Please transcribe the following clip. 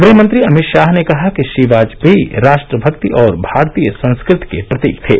गृहमंत्री अमित शाह ने कहा कि श्री वाजयेपी राष्ट्रमक्ति और भारतीय संस्कृति के प्रतीक थे